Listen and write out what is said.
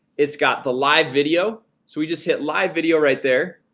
it's got the live video, so we just hit live video right there,